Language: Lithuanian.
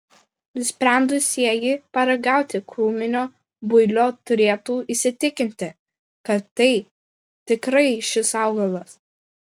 nusprendusieji paragauti krūminio builio turėtų įsitikinti kad tai tikrai šis augalas